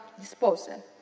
disposal